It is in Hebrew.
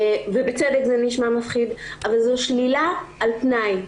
ובצדק זה נשמע מפחיד, אבל זו שלילה על תנאי,